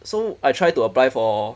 so I try to apply for